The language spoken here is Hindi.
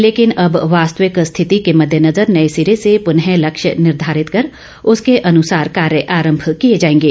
लेकिन अब वास्तविक स्थिति के मददेनजर नए सिरे से पनः लक्ष्य निर्घारित कर उसके अनुसार कार्य ऑरम्म किए जाएंगे